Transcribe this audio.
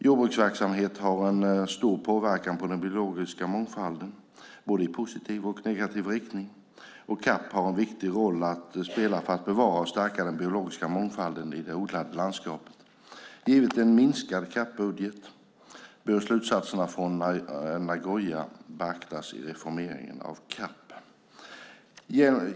Jordbruksverksamhet har en stor påverkan på den biologiska mångfalden, både i positiv och negativ riktning, och CAP har en viktig roll att spela för att bevara och stärka den biologiska mångfalden i det odlade landskapet. Givet en minskad CAP-budget bör slutsatserna från Nagoya beaktas i reformeringen av CAP.